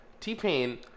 T-Pain